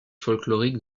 folklorique